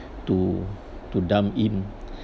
to to dump in